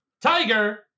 tiger